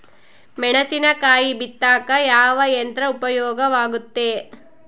ಮೆಣಸಿನಕಾಯಿ ಬಿತ್ತಾಕ ಯಾವ ಯಂತ್ರ ಉಪಯೋಗವಾಗುತ್ತೆ?